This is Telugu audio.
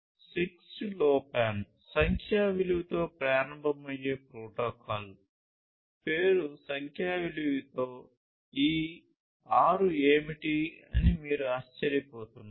6LoWPAN సంఖ్యా విలువతో ప్రారంభమయ్యే ప్రోటోకాల్ పేరు సంఖ్యా విలువతో ఈ 6 ఏమిటి అని మీరు ఆశ్చర్యపోతున్నారు